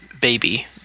baby